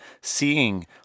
seeing